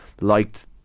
liked